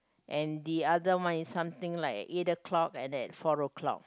and the other one is something like eight o-clock like that four o-clock